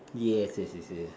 yes yes yes yes